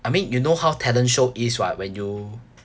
I mean you know how talent show is [what] when you